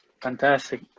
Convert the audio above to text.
Fantastic